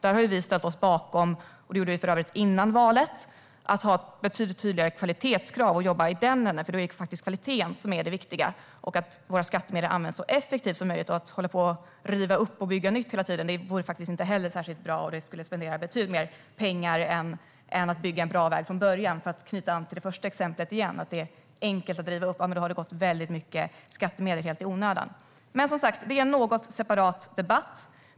Innan valet ställde vi oss bakom att ha betydligt tydligare kvalitetskrav eftersom kvaliteten och att våra skattemedel används så effektivt som möjligt är det viktiga. Att hela tiden riva upp och bygga nytt vore inte bra och skulle kosta betydligt mer pengar än att bygga en bra väg från början - för att knyta an till första exemplet. Måste man riva upp har det gått åt väldigt mycket skattemedel i onödan. Det är som sagt en separat debatt.